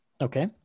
Okay